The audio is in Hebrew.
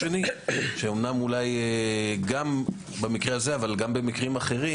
גם במקרה הזה וגם במקרים אחרים,